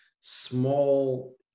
small